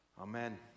Amen